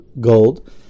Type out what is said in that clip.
gold